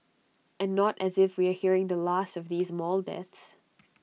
and not as if we are hearing the last of these mall deaths